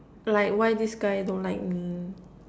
like why this guy don't like me